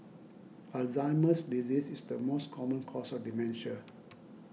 Alzheimer's disease is the most common cause of dementia